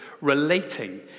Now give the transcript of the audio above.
relating